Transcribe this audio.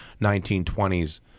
1920s